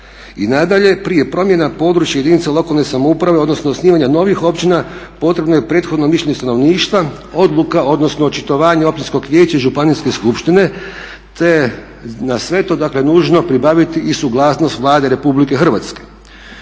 I nadalje, prije promjena područja jedinca lokalne samouprave odnosno osnivanje novih općina potrebno je prethodno mišljenje stanovništva, odluka odnosno očitovanje općinskog vijeća i županijske skupštine te na sve to je nužno pribaviti i suglasnost Vlade Republike Hrvatske.